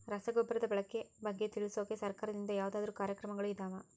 ರಸಗೊಬ್ಬರದ ಬಳಕೆ ಬಗ್ಗೆ ತಿಳಿಸೊಕೆ ಸರಕಾರದಿಂದ ಯಾವದಾದ್ರು ಕಾರ್ಯಕ್ರಮಗಳು ಇದಾವ?